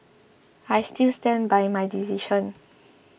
I still stand by my decision